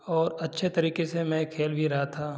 और अच्छे तरीके से मैं खेल भी रहा था